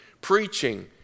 preaching